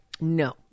No